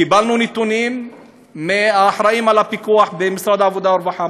קיבלנו נתונים מהאחראים לפיקוח במשרד העבודה והרווחה,